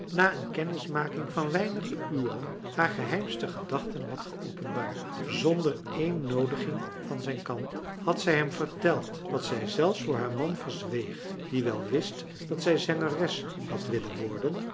na een kennismaking van weinige uren haar geheimste gedachten had geopenbaard zonder één noodiging van zijn kant had zij hem verteld wat zij zelfs voor haar man verzweeg die wel wist dat zij zangeres had willen worden